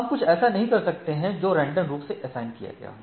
हम कुछ ऐसा नहीं कर सकते हैं जो रेंडम रूप से असाइन किया गया हो